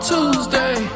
Tuesday